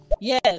Yes